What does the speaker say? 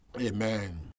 Amen